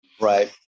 Right